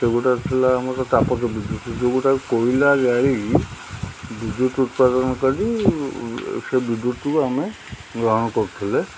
ସେଗୁଡ଼ା ଥିଲା ଆମର ତାପଜ ବିଦ୍ୟୁତ ଯେଉଁଗୁଡ଼ା କୋଇଲା ଜାଳି ବିଦ୍ୟୁତ ଉତ୍ପାଦନ କରି ସେ ବିଦ୍ୟୁତକୁ ଆମେ ଗ୍ରହଣ କରୁଥିଲେ